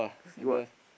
see what